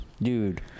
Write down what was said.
Dude